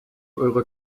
eurer